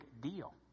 deal